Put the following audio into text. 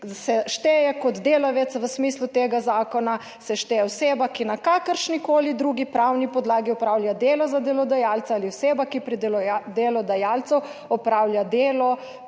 se šteje kot delavec v smislu tega zakona, se šteje oseba, ki na kakršnikoli drugi pravni podlagi opravlja delo, za delodajalca, ali oseba, ki pri delodajalcu opravlja delo